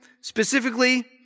Specifically